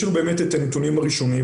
יש נתונים ראשוניים,